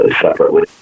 separately